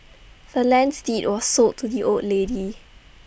the land's deed was sold to the old lady